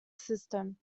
system